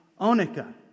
onica